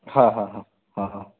हा हा हा हा हा